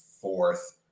fourth